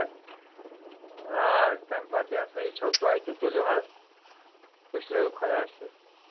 تہ آ تمہِ پَتہ یہِ ہسا یہِ چَھو تۄہہ تہٕ تُلِو حظ پُشرٲیو خۄدایس تیٛلہِ